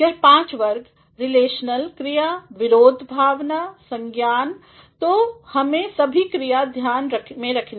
यहपांच वर्ग रिलेशनल क्रिया विरोध भावना संज्ञान तो हमें सभी क्रिया ध्यान में रखनी है